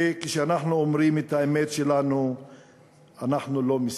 כשאנחנו אומרים את האמת שלנו אנחנו לא מסיתים.